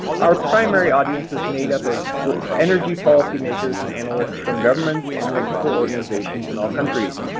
our primary audience is made up of energy policy makers and analysts from governments and technical organizations in all countries.